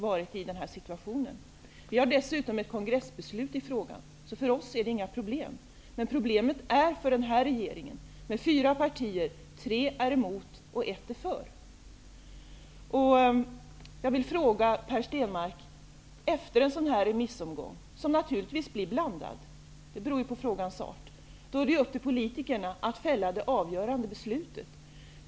Vi har dessutom ett kongressbeslut i frågan. För oss är det inga problem. Men problemet är för denna regering, med fyra partier, att tre partier är emot och ett parti är för. Efter en sådan här remissomgång, som naturligtvis får ett blandat resultat, beror ju på frågans art, är det upp till politikerna att fälla det avgörande beslutet.